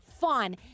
fun